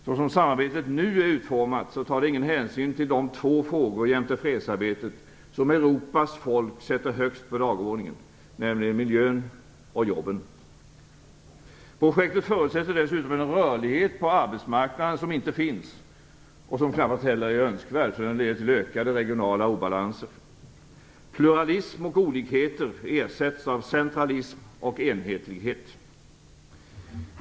Såsom samarbetet nu är utformat tar det ingen hänsyn till de två frågor jämte fredsarbetet som Europas folk sätter högst på dagordningen, nämligen miljön och jobben. Projektet förutsätter dessutom en rörlighet på arbetsmarknaden som inte finns och som knappast heller är önskvärd, eftersom den leder till ökade regionala obalanser. Pluralism och olikheter ersätts av centralism och enhetlighet.